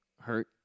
hurt